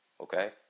Okay